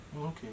okay